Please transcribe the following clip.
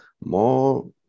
more